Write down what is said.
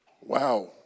Wow